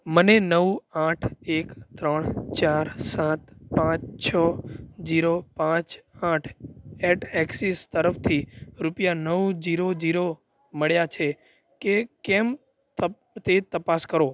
મને નવ આઠ એક ત્રણ ચાર સાત પાંચ છ જીરો પાંચ આઠ એટ એક્સિસ તરફથી રૂપિયા નવ જીરો જીરો મળ્યા છે કે કેમ તે તપાસ કરો